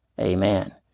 Amen